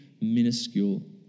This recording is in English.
minuscule